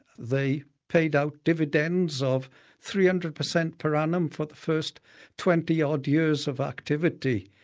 they paid out dividends of three hundred percent per annum for the first twenty odd years of activity.